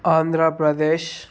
Andhra Pradesh